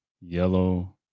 yellow